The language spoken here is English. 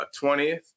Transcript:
20th